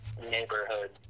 neighborhood